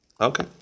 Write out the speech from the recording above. Okay